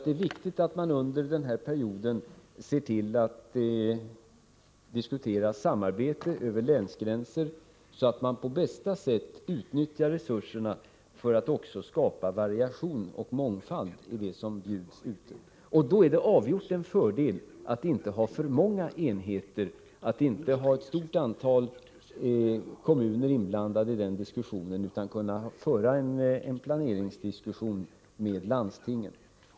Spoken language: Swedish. Det är viktigt att under denna period diskutera samarbete över länsgränserna, så att man på bästa sätt utnyttjar resurserna för att också skapa variation och mångfald i utbudet. Då är det avgjort en fördel att inte ha för många enheter, att inte ha ett stort antal kommuner inblandade i diskussionen, utan att kunna föra en planeringsdiskussion med landstingen.